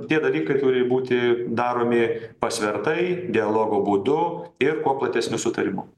tie dalykai turi būti daromi pasvertai dialogo būdu ir kuo platesniu sutarimu